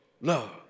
love